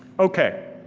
okay,